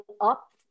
up